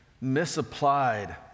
misapplied